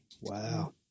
Wow